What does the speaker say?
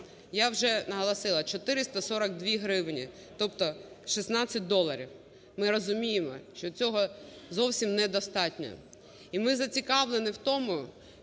Я вже наголосила: 442 гривні, тобто 16 доларів. Ми розуміємо, що цього зовсім недостатньо, і ми зацікавлені в тому…